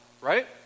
Right